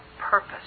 Purpose